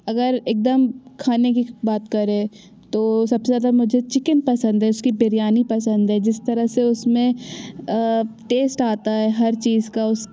अगर एक दम खाने की बात करें तो सब से ज़्यादा मुझे चिकन पसंद है उसकी बिरयानी पसंद है जिस तरह से उस में टेस्ट आता है हर चीज़ का